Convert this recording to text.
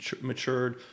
matured